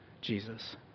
Jesus